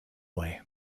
way